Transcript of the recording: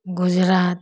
Gujarat